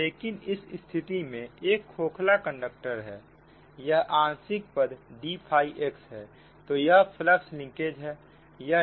लेकिन इस स्थिति में यह खोखला कंडक्टर है यह आंशिक पद d फाई x है तो यह फ्लक्स लीकेज है